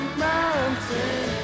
mountain